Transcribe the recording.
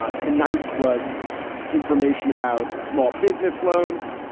ah tonight's was information about small business loans,